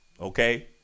Okay